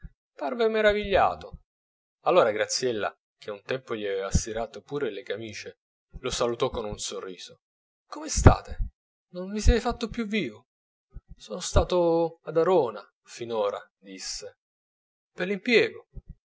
parve meravigliato allora graziella che un tempo gli aveva stirate pur le camice lo salutò con un sorriso come state non vi siete fatto più vivo sono stato ad arona finora disse per l'impiego